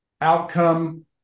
outcome